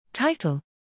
Title